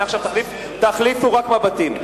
מעכשיו תחליפו רק מבטים.